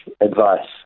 advice